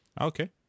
okay